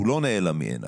הוא לא נעלם מעיניו.